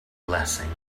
blessing